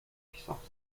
jouissances